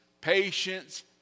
patience